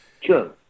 Sure